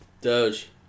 doge